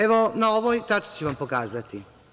Evo, na ovoj tački ću vam pokazati.